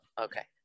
okay